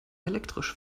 elektrisch